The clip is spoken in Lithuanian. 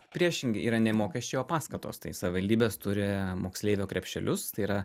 priešingai yra ne mokesčiai o paskatos tai savivaldybės turi moksleivio krepšelius tai yra